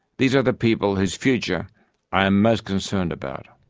these are the people whose future i am most concerned about.